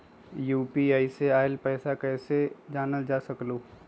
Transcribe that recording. UPI से आईल पैसा कईसे जानल जा सकहु?